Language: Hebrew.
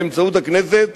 באמצעות הכנסת,